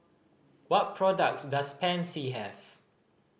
what products does Pansy have